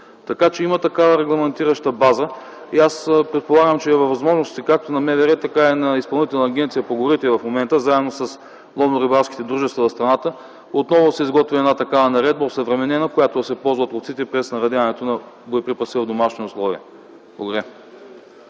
Така че има такава регламентираща база и аз предполагам, че е във възможностите, както на МВР, така и на Изпълнителна агенция по горите в момента, заедно с ловно-рибарските дружества в страната, отново да се изготви една такава наредба, осъвременена, която да се ползва от ловците при снаредяването на боеприпаси в домашни условия. Благодаря.